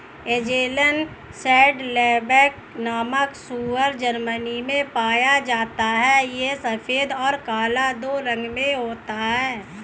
Angeln saddleback नामक सूअर Germany में पाया जाता है यह सफेद और काला दो रंगों में होता है